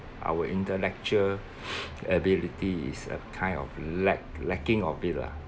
our intellectual ability is a kind of lack lacking of it lah